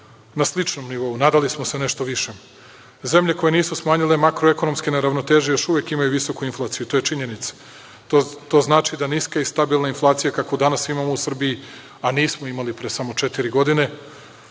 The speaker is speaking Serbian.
na sličnom nivou, nadali smo se nešto višem. Zemlje koje nisu smanjile makroekonomske neravnoteže još uvek imaju visoku inflaciju, to je činjenica. To znači da niska i stabilna inflacija, kakvu danas imamo u Srbiji, a nismo imali pre samo četiri godine,